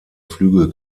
flüge